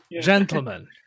gentlemen